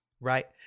right